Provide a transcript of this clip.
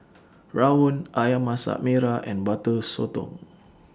Rawon Ayam Masak Merah and Butter Sotong